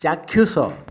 ଚାକ୍ଷୁଷ